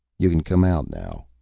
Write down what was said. you can come out now,